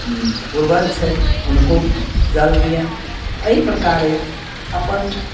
पूर्वज छथि हुनको जल दिअनि एहि प्रकारे